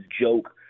joke